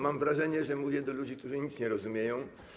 Mam wrażenie, że mówię do ludzi, którzy nic nie rozumieją.